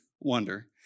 wonder